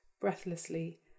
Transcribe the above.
breathlessly